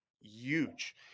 huge